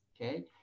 okay